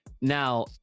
Now